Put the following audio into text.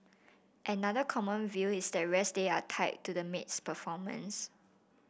another common view is that rest day are tied to the maid's performance